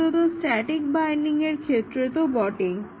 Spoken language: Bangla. অন্তত স্ট্যটিক বাইন্ডিংয়ের ক্ষেত্রে তো বটেই